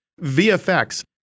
VFX